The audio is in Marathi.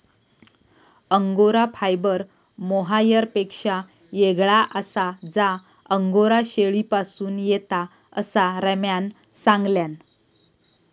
अंगोरा फायबर मोहायरपेक्षा येगळा आसा जा अंगोरा शेळीपासून येता, असा रम्यान सांगल्यान